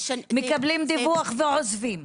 מקבלים דיווח ועוזבים.